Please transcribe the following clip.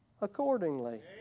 accordingly